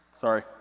Sorry